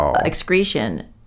excretion